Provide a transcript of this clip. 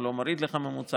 הוא לא מוריד לך ממוצע,